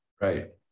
Right